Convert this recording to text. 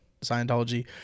Scientology